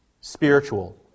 spiritual